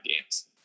games